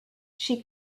she